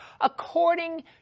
according